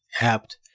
apt